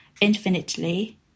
infinitely